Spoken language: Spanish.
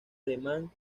alemán